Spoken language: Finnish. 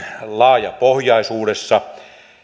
laajapohjaisuudessa